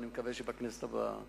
ואני מקווה שזה לא יקרה בכנסת הבאה.